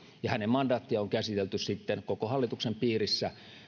ja hänen mandaattinsa on esitelty sitten koko hallituksen piirissä